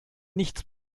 nichts